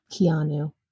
Keanu